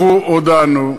אנחנו הודענו,